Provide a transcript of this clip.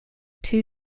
two